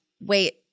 wait